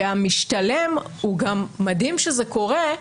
גם מדהים שזה קורה,